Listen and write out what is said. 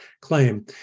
claim